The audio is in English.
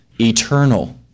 eternal